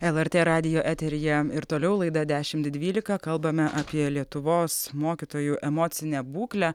lrt radijo eteryje ir toliau laida dešimt dvylika kalbame apie lietuvos mokytojų emocinę būklę